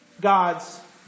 God's